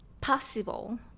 possible